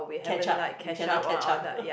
catch up we cannot catch up